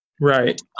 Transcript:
right